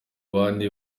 abandi